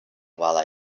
while